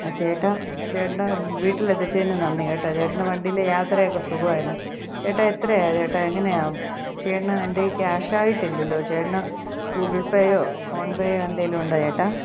ചേട്ടാ ചേട്ടന് വീട്ടിലെത്തിച്ചതിന് നന്ദി കേട്ടൊ ചേട്ടന്റെ വണ്ടിയില് യാത്രയൊക്കെ സുഖമായിരുന്നു ചേട്ടാ എത്രയായി ചേട്ടാ എങ്ങനെയാണ് ചേട്ടന് എൻ്റെ കേഷായിട്ടില്ലല്ലോ ചേട്ടന് ഗൂഗ്ൾ പേയോ ഫോൺപേയോ എന്തേലുമുണ്ടൊ ചേട്ടാ